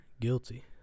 guilty